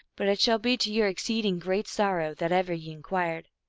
but it shall be to your exceed ing great sorrow that ever ye inquired.